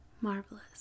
marvelous